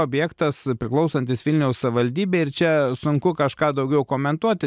objektas priklausantis vilniaus savivaldybei ir čia sunku kažką daugiau komentuoti